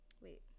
wait